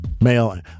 male